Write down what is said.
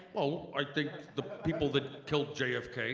i think the people that killed jfk